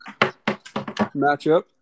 matchup